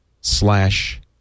slash